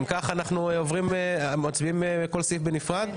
אנחנו מצביעים על כל סעיף בנפרד?